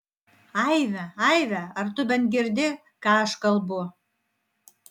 aive aive ar tu bent girdi ką aš kalbu